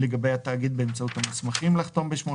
__________________ (לגבי התאגיד) באמצעות המוסמכים לחתום בשמו,